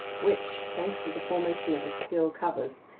which, thanks to the formation of its gill covers,